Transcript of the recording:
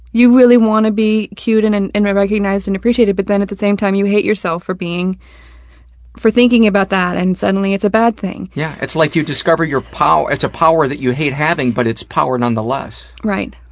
you really wanna be cute and and and get recognized and appreciated, but then at the same time, you hate yourself for being for thinking about that, and suddenly it's a bad thing. yeah, it's like you discover your pow it's a power you hate having, but it's power nonetheless. right.